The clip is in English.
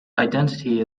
identity